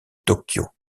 tokyo